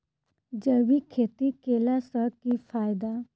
जैविक खेती केला सऽ की फायदा?